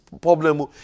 problem